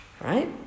Right